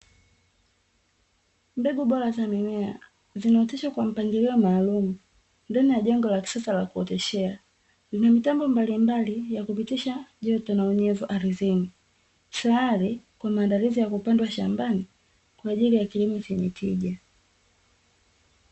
Mbegu bora za mimea, zimeoteshwa kwa mpangilio maalumu ndani ya jengo la kisasa la kuotea, lina mitambo mbalimbali ya kupitisha joto ardhini, tayari kwa maandalizi ya kupandwa shambani kwa ajili ya kilimo chenye tija.